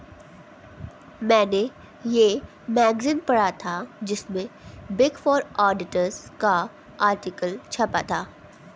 मेने ये मैगज़ीन पढ़ा था जिसमे बिग फॉर ऑडिटर्स का आर्टिकल छपा था